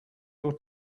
your